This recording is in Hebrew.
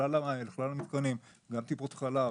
לכלל המתקנים, גם טיפות חלב,